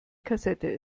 kassette